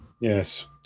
yes